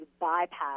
bypass